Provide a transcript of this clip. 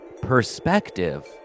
Perspective